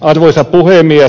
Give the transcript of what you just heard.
arvoisa puhemies